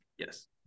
Yes